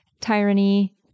tyranny